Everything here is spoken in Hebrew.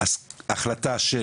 החלטה של